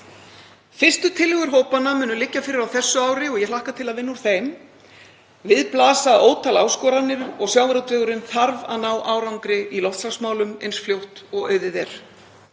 Fyrstu tillögur hópanna munu liggja fyrir á þessu ári og ég hlakka til að vinna úr þeim. Við blasa ótal áskoranir og sjávarútvegurinn þarf að ná árangri í loftslagsmálum eins fljótt og auðið er.